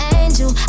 angel